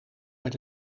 met